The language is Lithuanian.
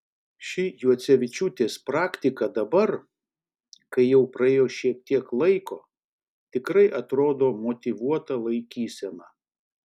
ši juocevičiūtės praktika dabar kai jau praėjo šiek tiek laiko tikrai atrodo motyvuota laikysena